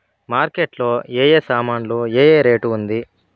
Market లో ఏ ఏ సామాన్లు ఏ ఏ రేటు ఉంది?